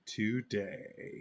today